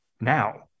now